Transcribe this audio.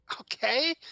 Okay